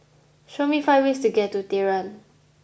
show me five ways to get to Tehran